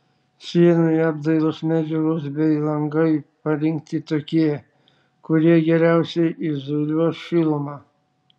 sienų ir apdailos medžiagos bei langai parinkti tokie kurie geriausiai izoliuos šilumą